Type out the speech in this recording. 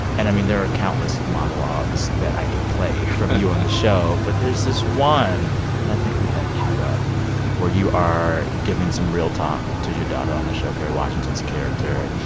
and, i mean, there are countless monologues that i could play. from you on the show, but there's this one that i think we have queued up where you are giving some real talk to your daughter on the show, kerry washington's character.